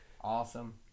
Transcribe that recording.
Awesome